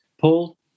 Paul